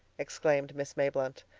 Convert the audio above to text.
exclaimed miss mayblunt,